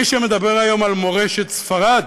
מי שמדבר היום על מורשת ספרד,